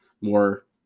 more